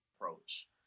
approach